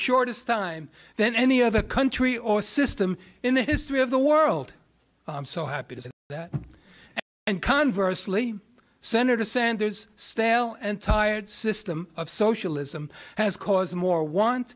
shortest time than any other country or system in the history of the world so happy to see and conversely senator sanders stale and tired system of socialism has caused more